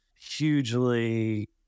hugely